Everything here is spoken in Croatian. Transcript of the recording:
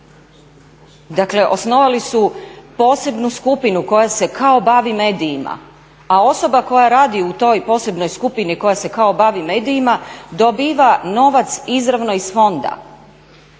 Dakle osnovali su posebnu skupinu koja se kao bavi medijima, a osoba koja radi u toj posebnoj skupini koja se kao bavi medijima dobiva novac izravno iz fonda.